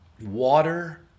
water